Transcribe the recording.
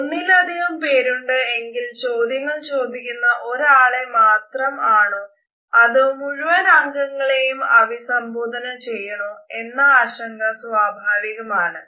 ഒന്നിലധികം പേരുണ്ട് എങ്കിൽ ചോദ്യങ്ങൾ ചോദിക്കുന്ന ആളെ മാത്രം ആണോ അതോ മുഴുവൻ അംഗങ്ങളെയും അഭിസംബോധന ചെയ്യണോ എന്ന ആശങ്ക സ്വാഭാവികം ആണ്